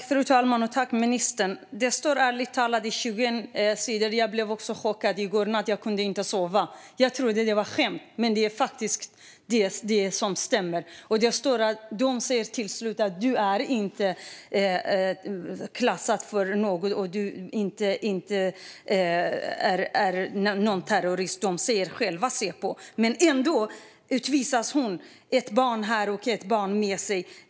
Fru talman! Det står ärligt talat i dessa 21 sidor. Jag blev också chockad i går natt; jag kunde inte sova. Jag trodde att det var ett skämt, men det stämmer. Säpo säger själva att hon inte är klassad som terrorist, men ändå utvisas hon. Hon har ett barn här och ett barn med sig.